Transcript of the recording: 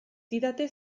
didate